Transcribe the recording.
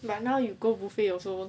but now you go buffet also